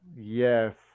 Yes